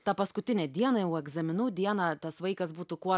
tą paskutinę dieną jau egzaminų dieną tas vaikas būtų kuo